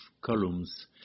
columns